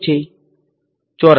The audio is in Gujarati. વિદ્યાર્થી ચોરસ